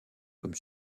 comme